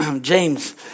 James